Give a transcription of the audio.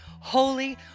holy